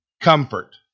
comfort